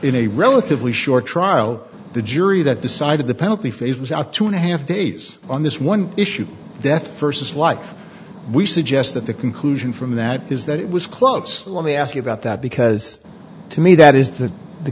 in a relatively short trial the jury that decided the penalty phase was out two and a half days on this one issue death first is life we suggest that the conclusion from that is that it was close let me ask you about that because to me that is th